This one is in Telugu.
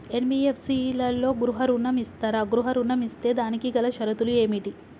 ఎన్.బి.ఎఫ్.సి లలో గృహ ఋణం ఇస్తరా? గృహ ఋణం ఇస్తే దానికి గల షరతులు ఏమిటి?